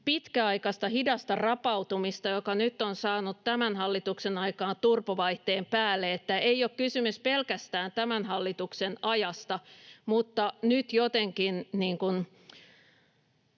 pitkäaikaista hidasta rapautumista, joka nyt on saanut tämän hallituksen aikana turbovaihteen päälle. Ei ole kysymys pelkästään tämän hallituksen ajasta, mutta nyt jotenkin